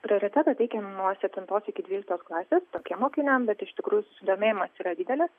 prioritetą teikiam nuo septintos iki dvyliktos klasės tokiem mokiniam bet iš tikrųjų susidomėjimas yra didelis